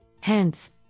Hence